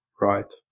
Right